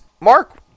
mark